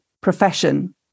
profession